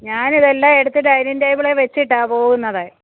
ഞാൻ ഇതെല്ലം എടുത്ത് ഡൈനിങ് ടേബിളെ വെച്ചിട്ടാണ് പോകുന്നത്